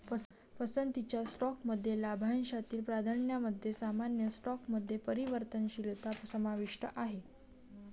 पसंतीच्या स्टॉकमध्ये लाभांशातील प्राधान्यामध्ये सामान्य स्टॉकमध्ये परिवर्तनशीलता समाविष्ट आहे